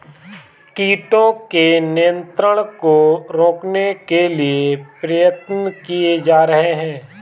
कीटों के नियंत्रण को रोकने के लिए प्रयत्न किये जा रहे हैं